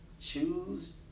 Choose